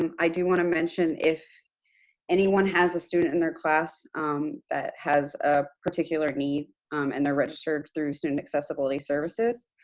um i do want to mention if anyone has a student in their class that has a particular need and they're registered through student accessibility services,